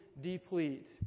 deplete